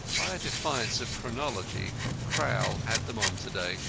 by a defiance of chronology crowl had them on to-day,